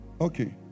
Okay